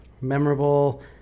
memorable